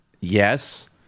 Yes